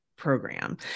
program